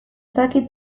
dakit